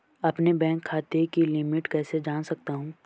अपने बैंक खाते की लिमिट कैसे जान सकता हूं?